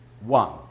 One